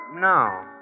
No